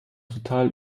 total